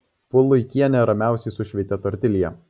puluikienė ramiausiai sušveitė tortilją